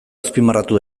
azpimarratu